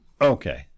Okay